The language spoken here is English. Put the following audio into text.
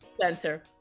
Center